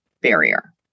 barrier